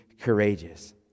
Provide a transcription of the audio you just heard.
courageous